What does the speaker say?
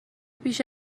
بیش